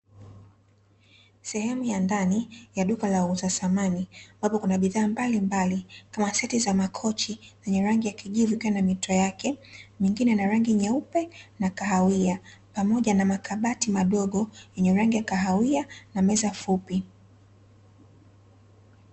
Sehemu ya ndani ya duka la wauza samani, ambapo kuna bidhaa mbalimbali, kuna siti za makochi ya rangi ya kijivu ikiwa na mito yake. Nyingine ina rangi nyeupe na kahawia pamoja na makabati madogo yenye rangi ya kahawia na meza fupi.